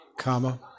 Comma